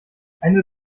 eine